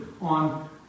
on